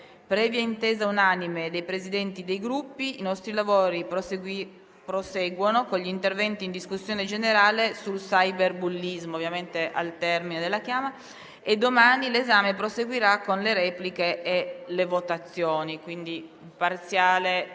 Previa intesa unanime dei Presidenti dei Gruppi, i nostri lavori oggi proseguono con gli interventi in discussione generale sul cyberbullismo, ovviamente al termine della chiama. Domani l'esame proseguirà con le repliche e le votazioni, a parziale